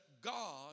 God